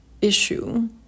issue